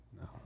No